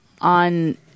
on